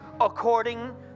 according